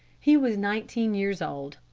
he was nineteen years old.